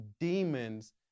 demons